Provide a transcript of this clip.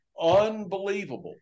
Unbelievable